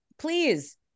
please